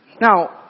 Now